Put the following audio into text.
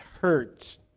hurts